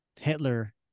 Hitler